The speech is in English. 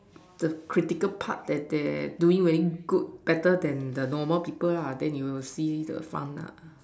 the critical part that there are doing very good better than the normal people la then you will see the fun ah